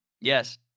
Yes